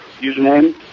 username